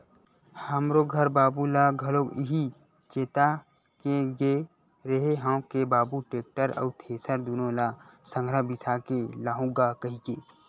हमरो घर बाबू ल घलोक इहीं चेता के गे रेहे हंव के बाबू टेक्टर अउ थेरेसर दुनो ल संघरा बिसा के लाहूँ गा कहिके